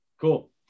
Cool